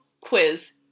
quiz